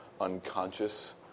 unconscious